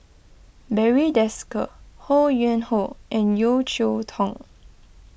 Barry Desker Ho Yuen Hoe and Yeo Cheow Tong